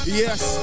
yes